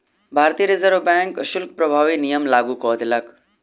भारतीय reserve bank शुल्क प्रभावी नियम लागू कय देलक